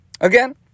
again